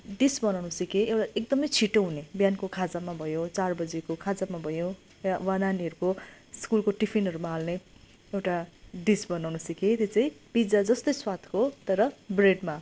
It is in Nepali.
डिस बनाउनु सिकेँ एउ एकदमै छिटो हुने बिहानको खाजामा भयो चार बजीको खाजाको भयो यहाँ वा नानीहरूको स्कुलको टिफिनहरूमा हाल्ने एउटा डिस बनाउनु सिकेँ त्यो चाहिँ पिज्जा जस्तै स्वादको तर ब्रेडमा